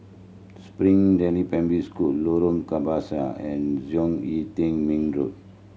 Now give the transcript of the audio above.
Springdale Primary School Lorong Kebasi and Zhong Yi Tian Ming Road